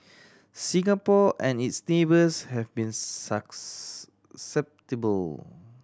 Singapore and its neighbours have been